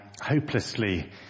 hopelessly